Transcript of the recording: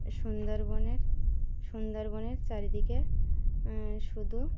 সুন্দরবনের সুন্দরবনের চারিদিকে শুধু